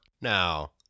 Now